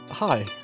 Hi